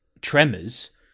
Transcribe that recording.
tremors